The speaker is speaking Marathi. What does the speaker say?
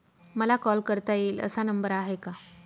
मला कॉल करता येईल असा नंबर आहे का?